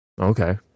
Okay